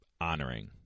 honoring